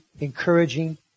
encouraging